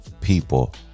people